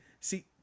See